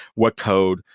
what code?